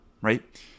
right